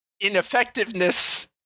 ineffectiveness